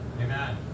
Amen